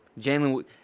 Jalen